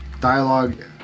dialogue